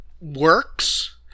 works